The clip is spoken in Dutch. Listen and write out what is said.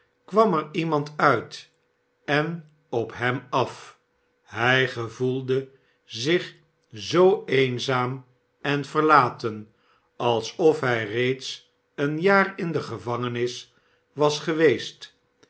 kwam er lemand uit en op hem af hij gevoelde zich zoo eenzaam en verlaten alsof hij reeds een jaar in de gevangenis was geweest